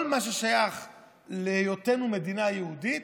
כל מה ששייך להיותנו מדינה יהודית,